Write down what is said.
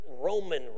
Roman